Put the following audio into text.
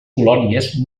colònies